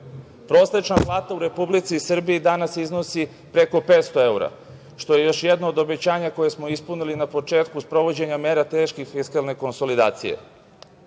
godinu. Prosečna plata u RS danas iznosi preko 500 evra, što je još jedno od obećanja koje smo ispunili na početku sprovođenja mera teške fiskalne konsolidacije.